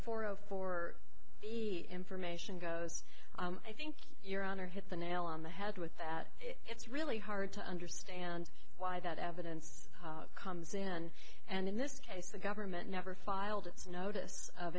zero four the information goes i think your honor hit the nail on the head with that it's really hard to understand why that evidence comes in and in this case the government never filed its notice of